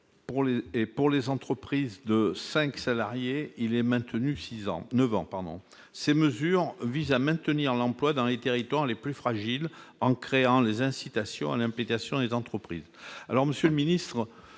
pour les entreprises de 5 salariés, pendant neuf ans. Ces mesures visent à maintenir l'emploi dans les territoires les plus fragiles, en créant des incitations à l'implantation des entreprises. Monsieur le ministre,